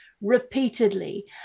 repeatedly